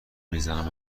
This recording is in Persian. میزنم